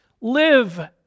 Live